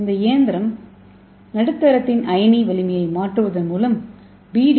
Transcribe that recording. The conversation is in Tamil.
இந்த இயந்திரம் நடுத்தரத்தின் அயனி வலிமையை மாற்றுவதன் மூலம் பி டி